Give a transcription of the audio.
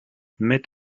met